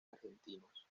argentinos